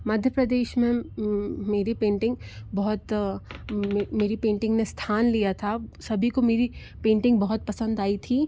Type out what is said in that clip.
मध्य प्रदेश में मेरी पेंटिंग बहुत मेरी पेंटिंग ने स्थान लिया था सभी को मेरी पेंटिंग बहुत पसंद आई थी